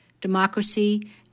democracy